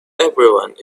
everyone